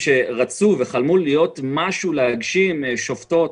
שסיימו את התואר שחלמו להגשים ולהיות שופטות,